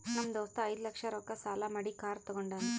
ನಮ್ ದೋಸ್ತ ಐಯ್ದ ಲಕ್ಷ ರೊಕ್ಕಾ ಸಾಲಾ ಮಾಡಿ ಕಾರ್ ತಗೊಂಡಾನ್